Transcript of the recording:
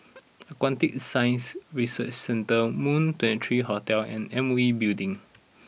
Aquatic Science Research Centre Moon twenty three Hotel and M V Building